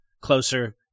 closer